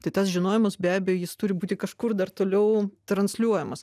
tai tas žinojimas be abejo jis turi būti kažkur dar toliau transliuojamas